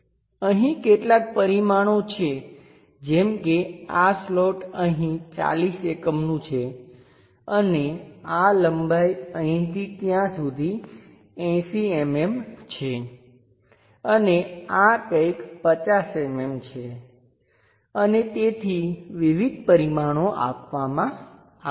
અહીં કેટલાક પરિમાણો છે જેમ કે આ સ્લોટ અહીં 40 એકમનું છે અને આ લંબાઈ અહીંથી ત્યાં સુધી 80 mm છે અને આ કંઈક 50 mm છે અને તેથી વિવિધ પરિમાણો આપવામાં આવ્યાં છે